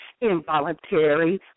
involuntary